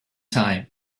time